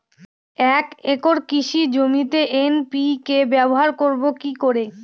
এক একর কৃষি জমিতে এন.পি.কে ব্যবহার করব কি করে?